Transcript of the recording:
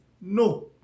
No